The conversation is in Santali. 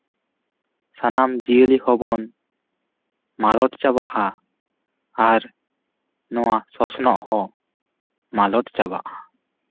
ᱥᱟᱱᱟᱢ ᱡᱤᱭᱟᱹᱞᱤ ᱦᱚᱸ ᱵᱚᱱ ᱢᱟᱞᱚᱴ ᱪᱟᱵᱟᱜᱼᱟ ᱟᱨ ᱱᱚᱣᱟ ᱥᱚᱥᱱᱚᱜ ᱦᱚᱸ ᱢᱟᱞᱚᱴ ᱪᱟᱵᱟᱜᱼᱟ